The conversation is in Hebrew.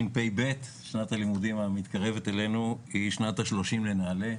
שנת הלימודים המתקרבת אלינו תשפ"ב היא שנת ה-30 לנעל"ה.